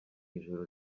ijoro